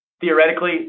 Theoretically